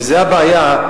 וזאת הבעיה,